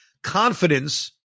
Confidence